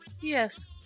yes